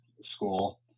school